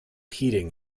heating